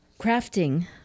crafting